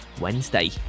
Wednesday